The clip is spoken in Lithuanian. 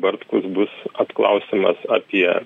bartkus bus apklausiamas apie